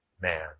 man